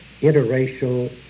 interracial